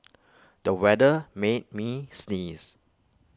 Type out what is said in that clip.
the weather made me sneeze